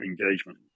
engagement